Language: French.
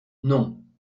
non